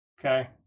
Okay